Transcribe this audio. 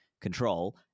control